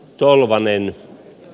tolvanen